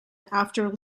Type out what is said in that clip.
after